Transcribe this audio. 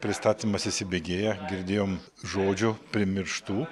pristatymas įsibėgėja girdėjom žodžių primirštų